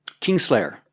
Kingslayer